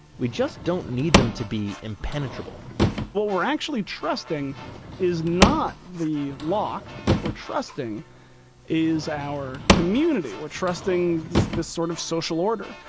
we just don't need them to be impenetrable what we're actually trusting is not the lock. what we're trusting is our community, we're trusting the sort of social order.